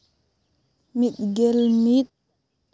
ᱢᱤᱫ ᱜᱮᱞ ᱢᱤᱫ